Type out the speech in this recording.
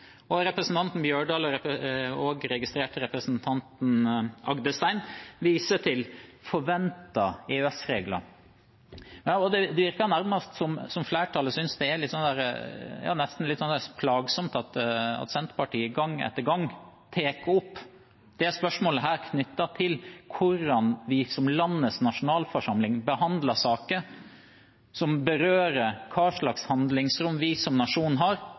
EØS-komiteen. Representanten Bjørdal og – jeg registrerte – representanten Agdestein viser til forventede EØS-regler. Det virker nærmest som flertallet nesten synes det er litt plagsomt at Senterpartiet gang etter gang tar opp dette spørsmålet knyttet til hvordan vi som landets nasjonalforsamling behandler saker som berører hva slags handlingsrom vi som nasjon har